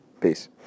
Peace